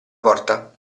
porta